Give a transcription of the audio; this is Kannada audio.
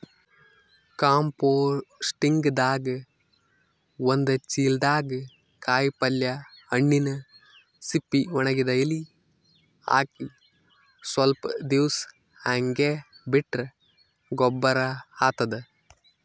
ಕಂಪೋಸ್ಟಿಂಗ್ದಾಗ್ ಒಂದ್ ಚಿಲ್ದಾಗ್ ಕಾಯಿಪಲ್ಯ ಹಣ್ಣಿನ್ ಸಿಪ್ಪಿ ವಣಗಿದ್ ಎಲಿ ಹಾಕಿ ಸ್ವಲ್ಪ್ ದಿವ್ಸ್ ಹಂಗೆ ಬಿಟ್ರ್ ಗೊಬ್ಬರ್ ಆತದ್